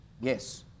Yes